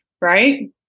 right